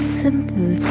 simple